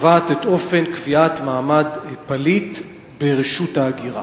הקובעת את אופן קביעת מעמד פליט ברשות ההגירה.